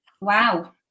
wow